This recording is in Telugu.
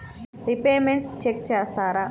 రిపేమెంట్స్ చెక్ చేస్తారా?